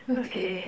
okay